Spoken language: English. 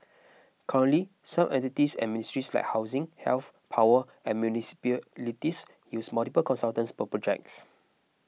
currently some entities and ministries like housing health power and municipalities use multiple consultants per projects